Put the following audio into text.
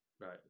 Right